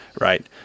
right